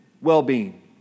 well-being